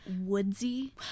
woodsy